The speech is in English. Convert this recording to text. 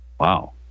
Wow